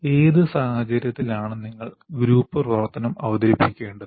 ഏത് സാഹചര്യത്തിലാണ് നിങ്ങൾ ഗ്രൂപ്പ് പ്രവർത്തനം അവതരിപ്പിക്കേണ്ടത്